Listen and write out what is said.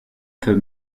peut